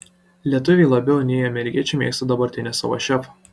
lietuviai labiau nei amerikiečiai mėgsta dabartinį savo šefą